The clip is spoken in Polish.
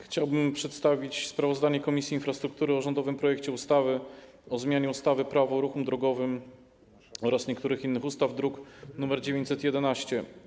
Chciałbym przedstawić sprawozdanie Komisji Infrastruktury o rządowym projekcie ustawy o zmianie ustawy - Prawo o ruchu drogowym oraz niektórych innych ustaw, druk nr 911.